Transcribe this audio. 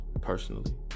personally